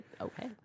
Okay